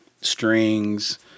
strings